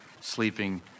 Sleeping